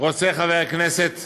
חבר הכנסת